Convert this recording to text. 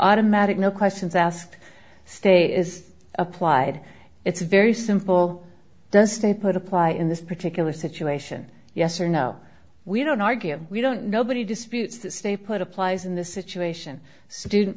automatic no questions asked state is applied it's very simple does stay put apply in this particular situation yes or no we don't argue we don't nobody disputes that stay put applies in the situation student